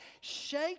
Shake